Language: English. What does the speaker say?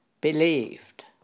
believed